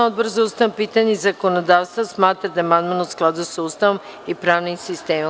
Odbor za ustavna pitanja i zakonodavstvo smatra da je amandman u skladu sa Ustavom i pravnim sistemom.